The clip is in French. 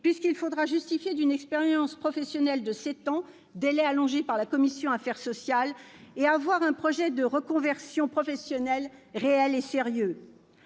puisqu'il faudra justifier d'une expérience professionnelle de sept ans - délai allongé par la commission des affaires sociales -et avoir un projet de reconversion professionnelle réel et sérieux.